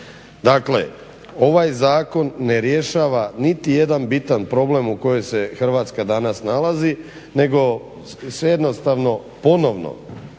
Dakle ovaj zakon ne rješava niti jedan bitan problem u kojem se Hrvatska danas nalazi nego se jednostavno ponovno